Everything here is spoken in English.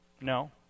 No